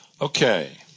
Okay